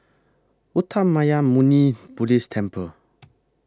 Uttamayanmuni Buddhist Temple